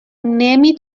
نمی